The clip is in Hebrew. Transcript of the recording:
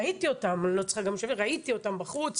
ראיתי אותם בחוץ.